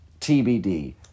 TBD